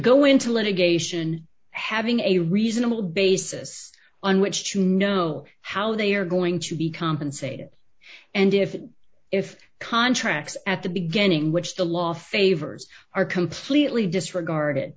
go into litigation having a reasonable basis on which to know how they are going to be compensated and if if contracts at the beginning which the law favors are completely disregard